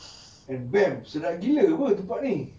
and baam sedap gila apa tempat ni